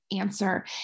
answer